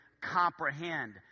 comprehend